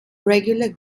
regular